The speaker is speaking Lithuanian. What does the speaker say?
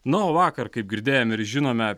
nu o vakar kaip girdėjome ir žinome